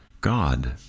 God